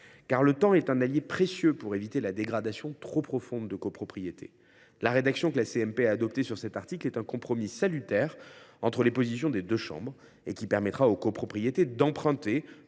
le temps est un allié précieux pour éviter une dégradation trop profonde des copropriétés. La rédaction adoptée en commission mixte paritaire constitue un compromis salutaire entre les positions des deux chambres, qui permettra aux copropriétés d’emprunter